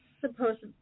Supposed